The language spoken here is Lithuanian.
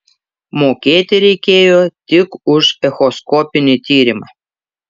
mokėti reikėjo tik už echoskopinį tyrimą